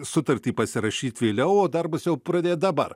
sutartį pasirašyt vėliau o darbus jau pradėt dabar